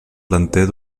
planter